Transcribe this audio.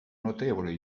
notevole